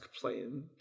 playing